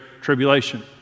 Tribulation